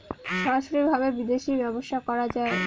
সরাসরি ভাবে বিদেশী ব্যবসা করা যায়